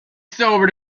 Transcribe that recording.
sobered